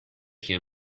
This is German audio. hier